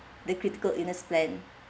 the critical illness plan